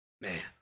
Man